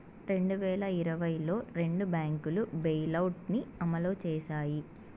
రెండు వేల ఇరవైలో రెండు బ్యాంకులు బెయిలౌట్ ని అమలు చేశాయి